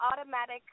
automatic